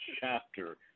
chapter